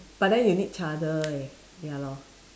but then you need charger leh ya lor